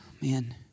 Man